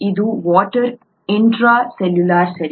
ಇದು water intracellular ಸರಿ